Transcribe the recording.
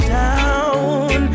down